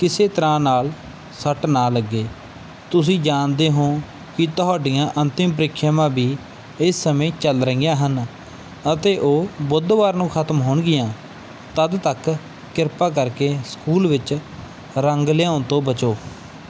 ਕਿਸੇ ਤਰ੍ਹਾਂ ਨਾਲ ਸੱਟ ਨਾ ਲੱਗੇ ਤੁਸੀਂ ਜਾਣਦੇ ਹੋ ਕਿ ਤੁਹਾਡੀਆਂ ਅੰਤਿਮ ਪ੍ਰੀਖਿਆਵਾਂ ਵੀ ਇਸ ਸਮੇਂ ਚੱਲ ਰਹੀਆਂ ਹਨ ਅਤੇ ਉਹ ਬੁੱਧਵਾਰ ਨੂੰ ਖਤਮ ਹੋਣਗੀਆਂ ਤਦ ਤੱਕ ਕਿਰਪਾ ਕਰਕੇ ਸਕੂਲ ਵਿੱਚ ਰੰਗ ਲਿਆਉਣ ਤੋਂ ਬਚੋ